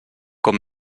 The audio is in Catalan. com